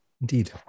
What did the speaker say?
indeed